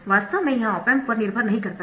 वास्तव में यह ऑप एम्प पर निर्भर नहीं करता है